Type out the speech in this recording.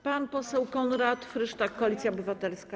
Pan poseł Konrad Frysztak, Koalicja Obywatelska.